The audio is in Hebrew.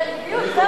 כן, בדיוק.